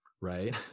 Right